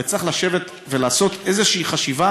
וצריך לשבת ולעשות איזושהי חשיבה